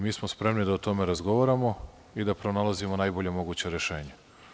Mi smo spremni da o tome razgovaramo i da pronalazimo najbolja moguća rešenja.